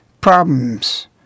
Problems